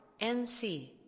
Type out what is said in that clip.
NC